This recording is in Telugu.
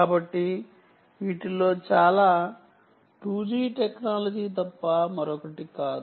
కాబట్టి వీటిలో చాలా 2G టెక్నాలజీ తప్ప మరొకటి కాదు